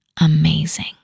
amazing